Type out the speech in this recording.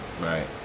Right